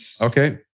Okay